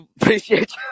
appreciate